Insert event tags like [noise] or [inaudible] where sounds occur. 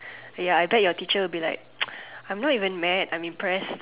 ya I bet your teacher will be like [noise] I'm not even mad I'm impressed